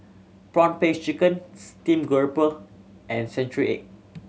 prawn paste chicken steamed grouper and century egg